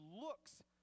looks